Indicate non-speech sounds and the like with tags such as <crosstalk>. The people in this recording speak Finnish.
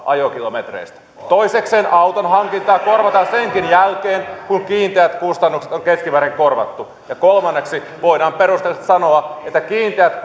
ajokilometreistä toisekseen auton hankintaa korvataan senkin jälkeen kun kiinteät kustannukset on keskimäärin korvattu ja kolmanneksi voidaan perustellusti sanoa että kiinteät <unintelligible>